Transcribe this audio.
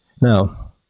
Now